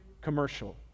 commercial